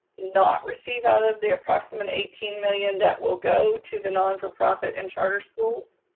not receive out of the approximate eighteen million that will go to the non-for-profit and charter schools?